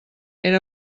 era